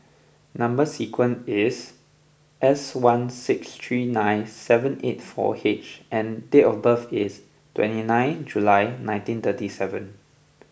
number sequence is S one six three nine seven eight four H and date of birth is twenty nine July nineteen thirty seven